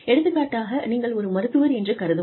எடுத்துக்காட்டாக நீங்கள் ஒரு மருத்துவர் என்று கருதுவோம்